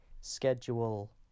schedule